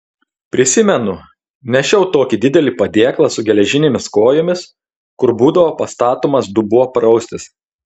prisimenu nešiau tokį didelį padėklą su geležinėmis kojomis kur būdavo pastatomas dubuo praustis